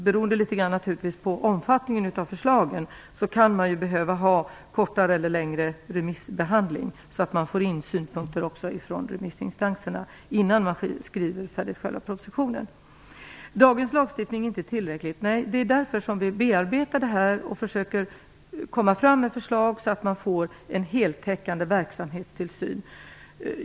Beroende på omfattningen av förslagen kan man naturligtvis komma att behöva kortare eller längre remissbehandling så att man får in synpunkter från remissinstanserna innan man skriver färdigt själva propositionen. Dagens lagstiftning är inte tillräcklig, säger Chris Heister - nej, det är därför vi bearbetar det här och försöker komma fram med förslag för att få en heltäckande verksamhetstillsyn.